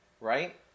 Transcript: right